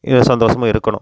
என் சந்தோசமாக இருக்கணும்